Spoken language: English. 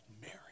Mary